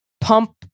Pump